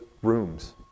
rooms